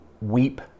weep